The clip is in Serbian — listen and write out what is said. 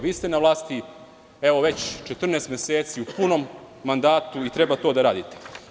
Vi ste na vlasti evo već 14 meseci u punom mandatu i treba to da radite.